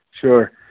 sure